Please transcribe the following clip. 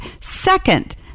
Second